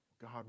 God